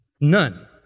none